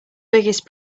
biggest